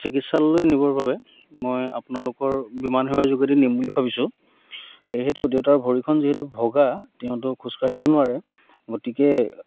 চিকিৎসালয় নিবৰ বাবে মই আপোনালোকৰ বিমান সেৱাৰ যোগেদি নিম বুলি ভাবিছোঁ সেইটো দেউতাৰ ভৰিখন যিহেতু ভগা তেওঁটো খোজ কাঢ়িব নোৱাৰে গতিকে